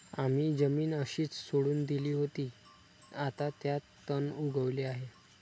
आम्ही जमीन अशीच सोडून दिली होती, आता त्यात तण उगवले आहे